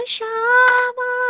Shama